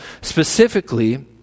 specifically